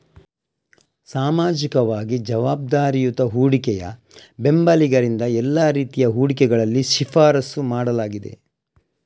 ಸಾಮಾಜಿಕವಾಗಿ ಜವಾಬ್ದಾರಿಯುತ ಹೂಡಿಕೆಯ ಬೆಂಬಲಿಗರಿಂದ ಎಲ್ಲಾ ರೀತಿಯ ಹೂಡಿಕೆಗಳಲ್ಲಿ ಶಿಫಾರಸು ಮಾಡಲಾಗಿದೆ